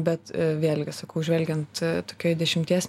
bet vėlgi sakau žvelgiant tokioj dešimties